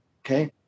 Okay